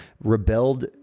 rebelled